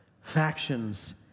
factions